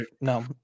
No